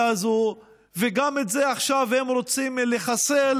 הזאת וגם את זה עכשיו הם רוצים לחסל,